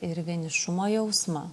ir vienišumo jausmą